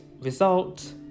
result